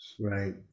Right